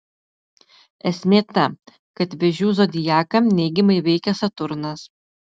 esmė ta kad vėžių zodiaką neigiamai veikia saturnas